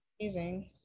Amazing